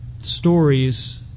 stories